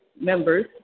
members